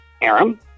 Arum